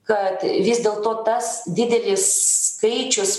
kad vis dėlto tas didelis skaičius